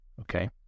Okay